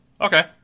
Okay